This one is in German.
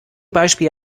beispiel